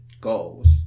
goals